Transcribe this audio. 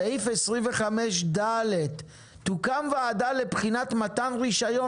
סעיף 25/ד': "..תוקם וועדה לבחינת מתן רישיון